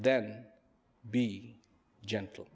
then be gentle